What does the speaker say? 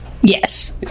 Yes